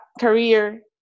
career